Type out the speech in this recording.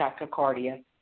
tachycardia